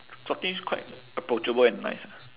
scottish quite approachable and nice ah